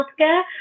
healthcare